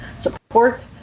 support